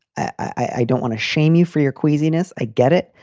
i don't want to shame you for your queasiness. i get it.